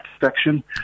section